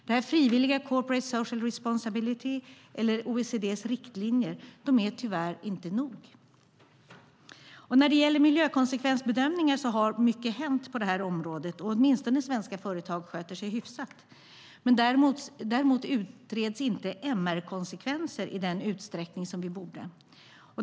Det frivilliga corporate social responsibility eller OECD:s riktlinjer är tyvärr inte nog. När det gäller miljökonsekvensbedömningar har mycket hänt på området, och åtminstone svenska företag sköter sig hyfsat. Däremot utreds inte MR-konsekvenser i den utsträckning de borde.